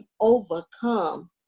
overcome